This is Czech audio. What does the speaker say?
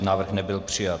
Návrh nebyl přijat.